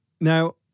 Now